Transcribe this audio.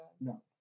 No